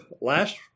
Last